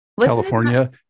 California